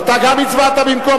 אתה גם הצבעת במקום,